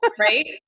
right